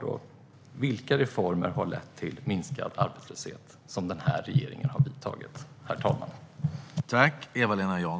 Vilka av den här regeringens reformer har lett till minskad arbetslöshet, herr talman?